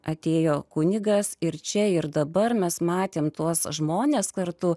atėjo kunigas ir čia ir dabar mes matėme tuos žmones kartu